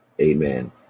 amen